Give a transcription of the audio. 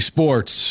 Sports